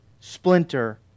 splinter